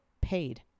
paid